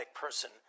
person